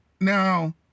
Now